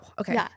Okay